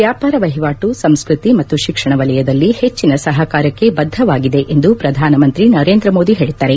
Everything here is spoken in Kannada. ವ್ಯಾಪಾರ ವಹಿವಾಟು ಸಂಸ್ನತಿ ಮತ್ತು ಶಿಕ್ಷಣ ವಲಯದಲ್ಲಿ ಹೆಚ್ಚಿನ ಸಹಕಾರಕ್ಷೆ ಬದ್ದವಾಗಿದೆ ಎಂದು ಪ್ರಧಾನಮಂತ್ರಿ ನರೇಂದ್ರ ಮೋದಿ ಹೇಳಿದ್ದಾರೆ